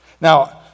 Now